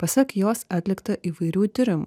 pasak jos atlikta įvairių tyrimų